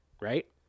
right